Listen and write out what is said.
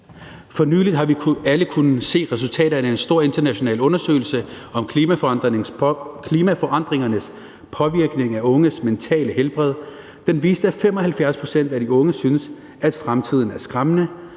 For nylig har alle kunnet se resultaterne af en stor international undersøgelse om klimaforandringernes påvirkning af unges mentale helbred. Den viste, at 75 pct. af de unge synes, at fremtiden er skræmmende.